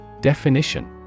Definition